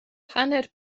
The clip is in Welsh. hanner